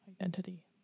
identity